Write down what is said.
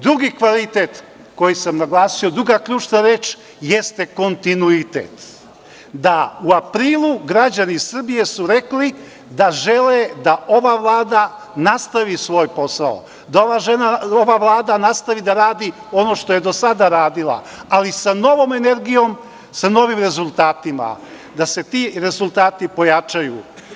Drugi kvalitet koji sam naglasio, druga ključna reč, jeste kontinuitet, da u aprilu građani Srbije su rekli da žele da ova Vlada nastavi svoj posao, da ova vlada nastavi da radi ono što je do sada radila, ali sa novom energijom, sa novim rezultatima, da se ti rezultati pojačaju.